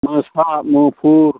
मोसा मुफुर